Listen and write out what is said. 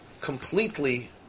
completely